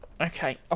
Okay